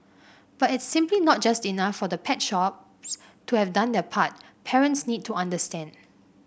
but it's simply not just enough for the pet shops to have done their part parents need to understand